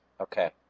okay